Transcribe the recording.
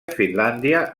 finlàndia